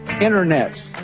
Internet